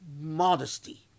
modesty